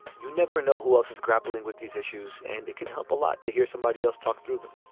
you never know who else is grappling with these issues. and it can help a lot to hear somebody else talk through them.